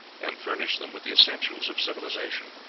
and furnished them with the essentials of civilization.